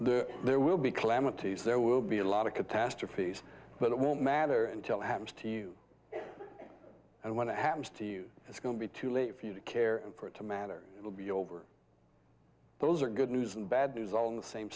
there there will be calamities there will be a lot of catastrophes but it won't matter until it happens to you and when the happens to you it's going to be too late for you to care and for it to matter it will be over those are good news and bad news all in the same